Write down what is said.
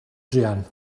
druan